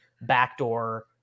backdoor